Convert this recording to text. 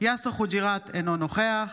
יאסר חוג'יראת, אינו נוכח